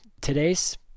today's